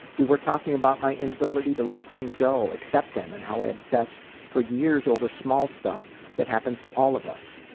we were talking about my inability to let things go, accept them, and how i obsess for years over small stuff that happens to all of us.